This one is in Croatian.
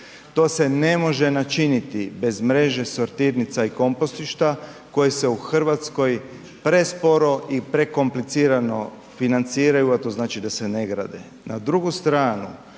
To se ne može načiniti bez mreže sortirnica i kompostišta koje se u Hrvatskoj presporo i prekomplicirano financiraju, a to znači da se ne grade.